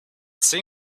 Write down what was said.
seen